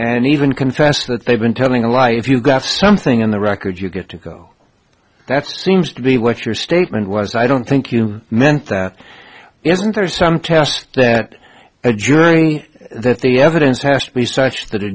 and even confessed that they've been telling a lie if you graph something in the record you get to go that's seems to be what your statement was i don't think you meant that isn't there some test that a journey that the evidence has to be such th